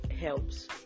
helps